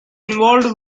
involved